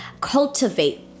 cultivate